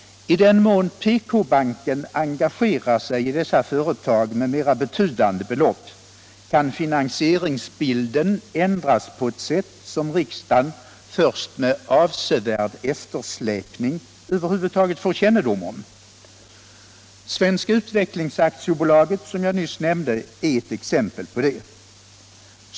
I den mån PK-banken engagerar sig i dessa företag med mer betydande belopp kan finansieringsbilden ändras på ett sätt som riksdagen först med avsevärd eftersläpning över huvud taget får kännedom om. Svenska Utvecklings AB, som jag nyss nämnde, är ett exempel på det.